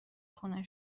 خونه